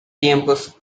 tiempos